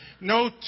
no